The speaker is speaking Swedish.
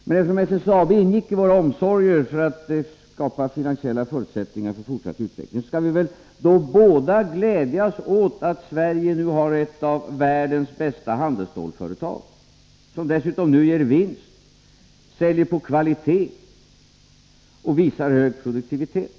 Men eftersom SSAB ingick i våra omsorger för att skapa finansiella förutsättningar för fortsatt utveckling skall vi väl båda glädjas åt att Sverige nu har ett av världens bästa handelsstålföretag, som dessutom nu ger vinst, säljer på kvalitet och visar hög produktivitet.